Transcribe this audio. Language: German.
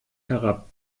herab